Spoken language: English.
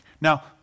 Now